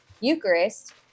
Eucharist